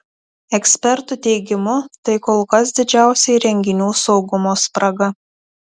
ekspertų teigimu tai kol kas didžiausia įrenginių saugumo spraga